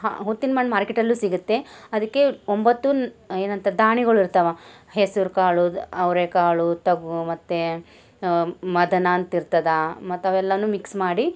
ಹಾಂ ಹುತ್ತಿನ ಮಣ್ಣು ಮಾರ್ಕೆಟಲ್ಲೂ ಸಿಗುತ್ತೆ ಅದಕ್ಕೆ ಒಂಬತ್ತು ಏನಂತಾರೆ ದಾಣಿಗಳು ಇರ್ತವೆ ಹೆಸರು ಕಾಳು ಅವರೇಕಾಳು ತೊಗ್ ಮತ್ತು ಮದನ ಅಂತ ಇರ್ತದೆ ಮತ್ತು ಅವೆಲ್ಲನೂ ಮಿಕ್ಸ್ ಮಾಡಿ